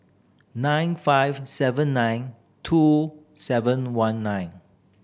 nine five seven nine two seven one nine